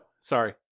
Sorry